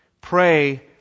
Pray